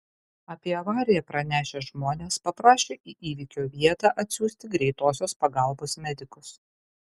apie avariją pranešę žmonės paprašė į įvykio vietą atsiųsti greitosios pagalbos medikus